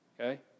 okay